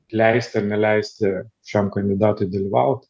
leisti ar neleisti šiam kandidatui dalyvaut